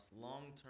long-term